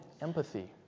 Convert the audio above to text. empathy